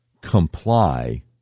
comply